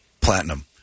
platinum